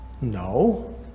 No